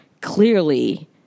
clearly